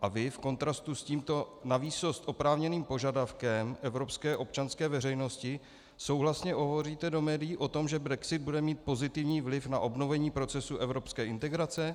A vy v kontrastu s tímto navýsost oprávněným požadavkem evropské občanské veřejnosti souhlasně hovoříte do médií o tom, že brexit bude mít pozitivní vliv na obnovení procesu evropské integrace?